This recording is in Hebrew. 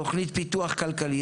תוכנית פיתוח כלכלי,